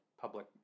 public